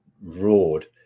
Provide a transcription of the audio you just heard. roared